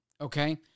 Okay